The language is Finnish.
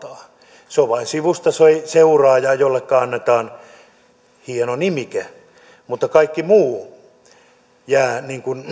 mitään valtaa se on vain sivusta seuraaja jolleka annetaan hieno nimike mutta kaikki muu jää